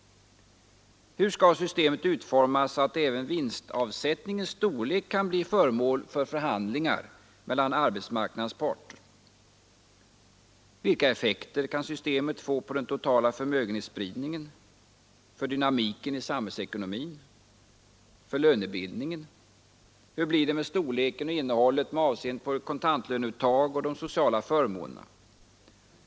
Hur skall systemet utformas så att även vinstavsättningens storlek kan bli föremål för förhandlingar mellan arbetsmarknadens parter? Vilka effekter kan systemet få på den totala förmögenhetsspridningen, för dynamiken i samhällsekonomin, för lönebildningen? Hur blir det med storleken och innehållet med avseende på kontantlöneuttagen och de sociala förmånerna?